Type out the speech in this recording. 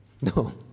No